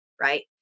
right